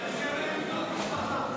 תאפשר להם לבנות משפחה.